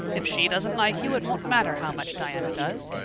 if she doesn't like you it won't matter how much diana does.